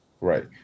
Right